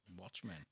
Watchmen